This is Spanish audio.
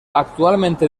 actualmente